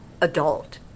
adult